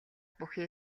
бүхий